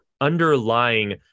underlying